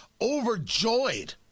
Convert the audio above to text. overjoyed